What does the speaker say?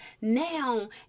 Now